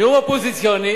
נאום אופוזיציוני